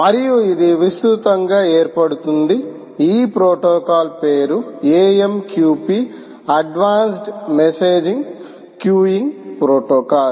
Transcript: మరియు ఇది విస్తృతంగా ఏర్పడుతుంది ఈ ప్రోటోకాల్ పేరు AMQP advanced messaging queuing protocol